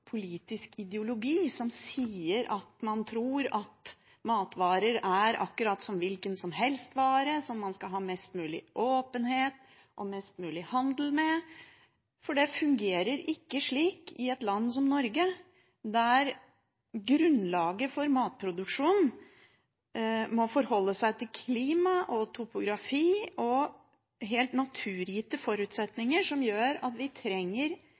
politisk ideologi som sier at man tror at matvarer er akkurat som hvilken som helst vare, som man skal ha mest mulig åpenhet og mest mulig handel med. For det fungerer ikke slik i et land som Norge, der grunnlaget for matproduksjon må forholde seg til klima og topografi og helt naturgitte forutsetninger som gjør at